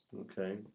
Okay